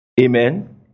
Amen